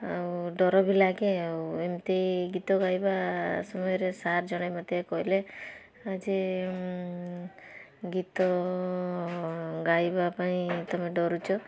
ଆଉ ଡ଼ର ବି ଲାଗେ ଆଉ ଏମତି ଗୀତ ଗାଇବା ସମୟରେ ସାର ଜଣେ ମତେ କହିଲେ ଯେ ଗୀତ ଗାଇବା ପାଇଁ ତମେ ଡ଼ରୁଛ